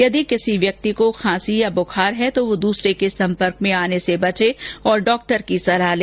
यदि किसी व्यक्ति को खांसी या बुखार है तो वह दूसरे के सम्पर्क में आने से बचे और डॉक्टर से सलाह ले